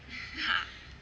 ha